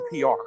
PR